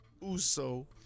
Uso